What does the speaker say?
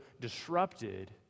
disrupted